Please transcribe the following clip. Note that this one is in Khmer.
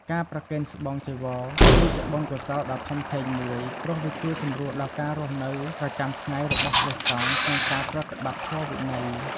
ការប្រគេនស្បង់ ចីវរ គឺជាបុណ្យកុសលដ៏ធំធេងមួយ ព្រោះវាជួយសម្រួលដល់ការរស់នៅប្រចាំថ្ងៃរបស់ព្រះសង្ឃក្នុងការប្រតិបត្តិធម៌វិន័យ។